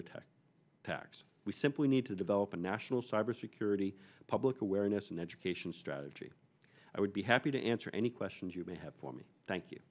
attack packs we simply need to develop a national cybersecurity public awareness and education strategy i would be happy to answer any questions you may have for me thank you